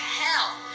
hell